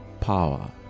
power